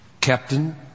Captain